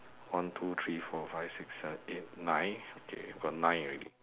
one two three four five six seven eight nine okay we got nine already